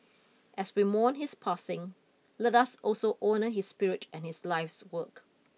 as we mourn his passing let us also honour his spirit and his life's work